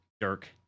Dirk